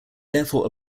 therefore